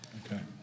okay